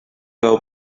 veu